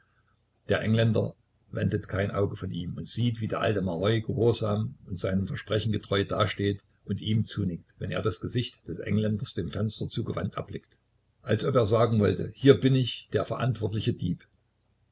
der engländer wendet kein auge von ihm und sieht wie der alte maroi gehorsam und seinem versprechen getreu dasteht und ihm zunickt wenn er das gesicht des engländers dem fenster zugewendet erblickt als ob er sagen wollte hier bin ich der verantwortliche dieb